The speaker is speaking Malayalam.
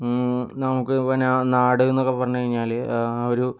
നമുക്ക് ഇപ്പോൾ നാട് എന്നൊക്കെ പറഞ്ഞ് കഴിഞ്ഞാല് ഒരു